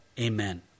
Amen